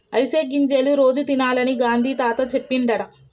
అవిసె గింజలు రోజు తినాలని గాంధీ తాత చెప్పిండట